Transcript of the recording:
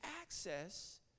access